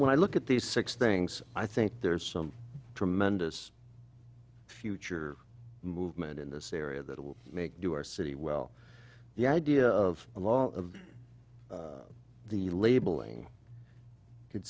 when i look at these six things i think there's some tremendous future movement in this area that will make you our city well the idea of a lot of the labeling could